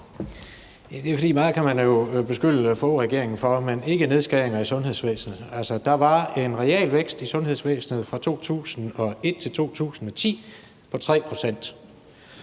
Rohde (KD): Meget kan man beskylde Foghregeringen for, men ikke nedskæringer i sundhedsvæsenet. Altså, der var en realvækst i sundhedsvæsenet fra 2001 til 2010 på 3 pct.